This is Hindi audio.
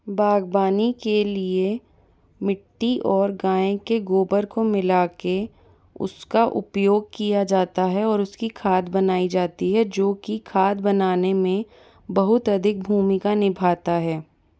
बाग़बानी के लिए मिट्टी और गाय के गोबर को मिला कर उसका उपयोग किया जाता है और उसकी खाद बनाई जाती है जो कि खाद बनाने में बहुत अधिक भूमिका निभाता है